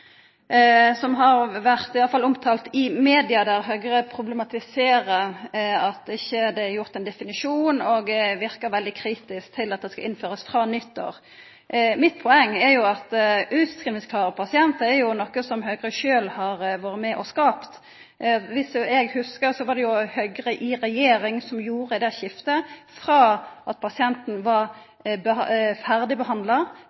har vore omtalt i media, der Høgre problematiserer at det ikkje er gjort ein definisjon, og dei verkar veldig kritiske til at det skal innførast frå nyttår. Poenget mitt er at «utskrivingsklare pasientar» er noko som Høgre har vore med og skapt – etter det eg hugsar, var det Høgre i regjering som gjorde det skiftet frå at pasienten